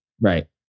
right